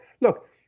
look